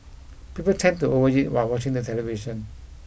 people tend to overeat while watching the television